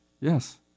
Yes